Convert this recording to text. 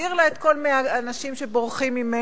להחזיר לה את כל האנשים שבורחים ממנה,